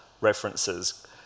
references